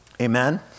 Amen